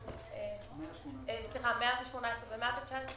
118 ו-119,